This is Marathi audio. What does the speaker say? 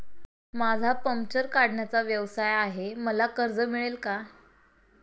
माझा पंक्चर काढण्याचा व्यवसाय आहे मला कर्ज मिळेल का?